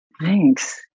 Thanks